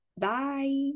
Bye